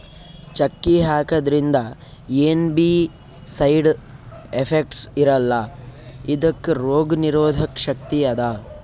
ಚಕ್ಕಿ ಹಾಕಿದ್ರಿಂದ ಏನ್ ಬೀ ಸೈಡ್ ಎಫೆಕ್ಟ್ಸ್ ಇರಲ್ಲಾ ಇದಕ್ಕ್ ರೋಗ್ ನಿರೋಧಕ್ ಶಕ್ತಿ ಅದಾ